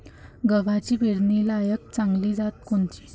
गव्हाची पेरनीलायक चांगली जात कोनची?